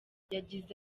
yagize